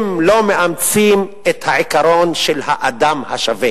אם לא מאמצים את העיקרון של האדם השווה